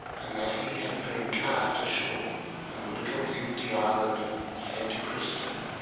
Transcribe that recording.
and that he had been cast ashore on the little empty island of santo cristo,